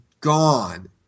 gone